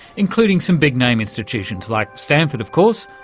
including some big name institutions like stanford of course,